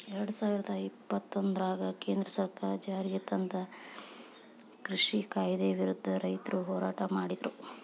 ಎರಡುಸಾವಿರದ ಇಪ್ಪತ್ತೊಂದರಾಗ ಕೇಂದ್ರ ಸರ್ಕಾರ ಜಾರಿಗೆತಂದ ಕೃಷಿ ಕಾಯ್ದೆ ವಿರುದ್ಧ ರೈತರು ಹೋರಾಟ ಮಾಡಿದ್ರು